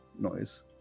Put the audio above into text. noise